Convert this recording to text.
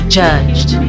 judged